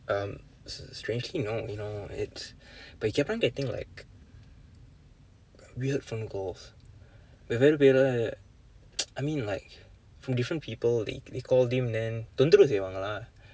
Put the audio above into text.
um s~ strangely no you know it's but he kept on getting like weird phone calls வெவ்வேறு பேர்:vevveeeru peer uh I mean like from different people they they called him and then தொந்தரவு செய்வாங்க:thondtharavu seyvaangka lah